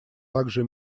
также